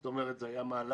זאת אומרת זה היה מהלך